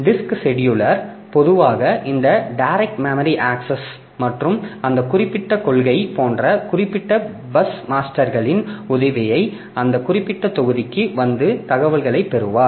disk scheduler பொதுவாக இந்த direct memory access மற்றும் அந்த குறிப்பிட்ட கொள்கைகள் போன்ற குறிப்பிட்ட பஸ் மாஸ்டர்களின் உதவியை அந்த குறிப்பிட்ட தொகுதிக்கு வந்து தகவல்களைப் பெறுவார்